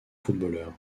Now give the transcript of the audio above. footballeur